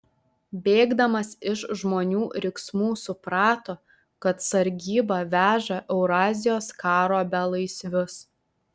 bėgdamas iš žmonių riksmų suprato kad sargyba veža eurazijos karo belaisvius